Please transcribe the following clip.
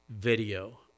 video